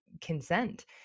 consent